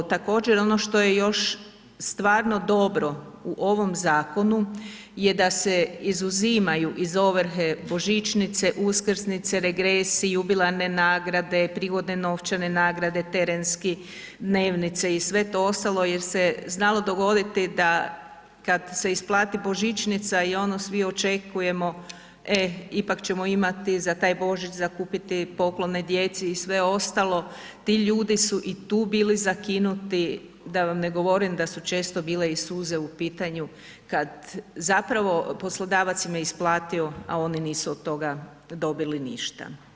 Također ono što je još stvarno dobro u ovom zakonu je da se izuzimaju iz ovrhe božićnice, uskrsnice, regresi, jubilarne nagrade, prigodne novčane nagrade, terenske dnevnice i sve ostalo jel se znalo dogoditi da kada se isplati božnićnica i ono svi očekujemo, e ipak ćemo imati za taj Božić za kupiti poklone djeci i sve ostalo, ti ljudi su i tu bili zakinuti, da vam ne govorim da su često bile i suze u pitanju kada zapravo poslodavac im je isplatio, a oni nisu od toga dobili ništa.